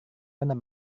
benar